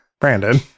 Brandon